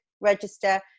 register